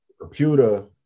computer